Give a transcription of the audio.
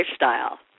lifestyle